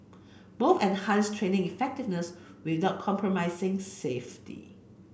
both enhanced training effectiveness without compromising safety